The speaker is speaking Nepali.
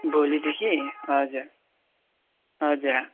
भोलिदेखि हजुर हजुर